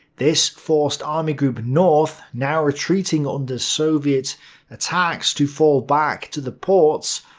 this forced army group north now retreating under soviet attacks to fall back to the ports,